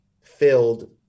filled